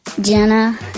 Jenna